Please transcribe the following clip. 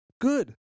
good